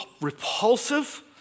repulsive